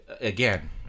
again